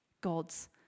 God's